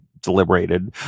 deliberated